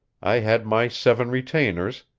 i had my seven retainers,